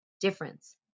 Difference